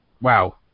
Wow